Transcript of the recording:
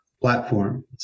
platform